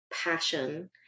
passion